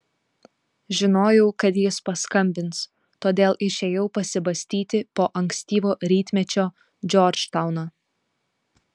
žinojau kad jis paskambins todėl išėjau pasibastyti po ankstyvo rytmečio džordžtauną